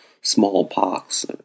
smallpox